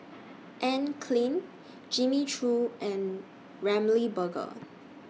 Anne Klein Jimmy Choo and Ramly Burger